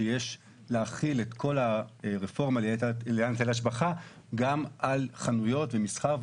שיש להחיל את כל הרפורמה לעניין היטל השבחה גם על חנויות ומסחר,